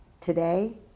today